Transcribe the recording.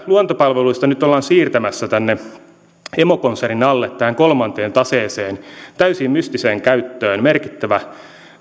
luontopalveluista nyt ollaan siirtämässä tänne emokonsernin alle tähän kolmanteen taseeseen täysin mystiseen käyttöön merkittävä